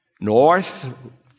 North